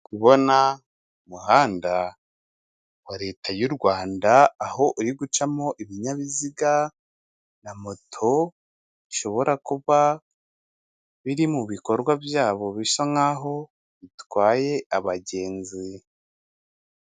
Kubona umuhanda wa leta y'u Rwanda aho uri gucamo ibinyabiziga na moto bishobora kuba biri mu bikorwa byabo bisa nk'aho bitwaye abagenzi.